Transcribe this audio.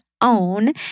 own